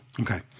okay